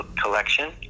collection